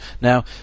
Now